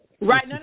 right